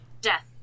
Death